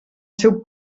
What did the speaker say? seu